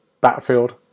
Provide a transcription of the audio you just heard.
Battlefield